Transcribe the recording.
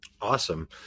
Awesome